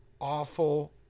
awful